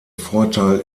vorteil